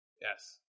Yes